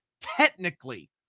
technically